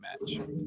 match